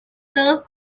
todos